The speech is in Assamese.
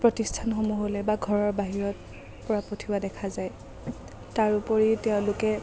প্ৰতিস্থানসমূহলৈ বা ঘৰৰ বাহিৰত পৰা পঠিওৱা দেখা যায় তাৰ উপৰি তেওঁলোকে